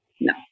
No